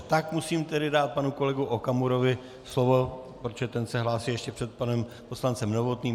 Tak musím tedy dát slovo panu kolegovi Okamurovi, protože ten se hlásí ještě před panem poslancem Novotným.